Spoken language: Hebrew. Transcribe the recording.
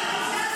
זה רמה?